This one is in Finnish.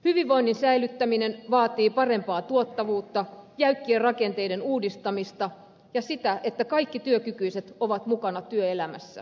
hyvinvoinnin säilyttäminen vaatii parempaa tuottavuutta jäykkien rakenteiden uudistamista ja sitä että kaikki työkykyiset ovat mukana työelämässä